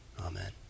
Amen